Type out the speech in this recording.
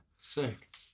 Sick